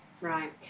Right